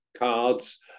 cards